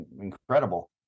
incredible